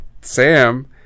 Sam